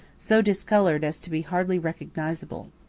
so discoloured as to be hardly recognisable.